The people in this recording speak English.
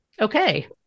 okay